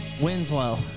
Winslow